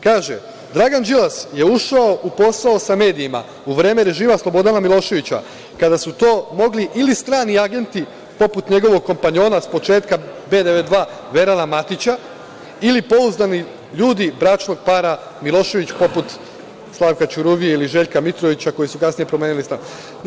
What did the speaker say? Kaže – Dragan Đilas je ušao u posao sa medijima u vreme režima Slobodana Miloševića, kada su to mogli ili strani agenti, poput njegovog kompanjona s početka B92 Verana Matića, ili pouzdani ljudi bračnog para Milošević, poput Slavka Ćuruvije ili Željka Mitrovića, koji su kasnije promenili stav.